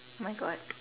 my god